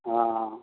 हँ